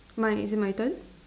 my is it my turn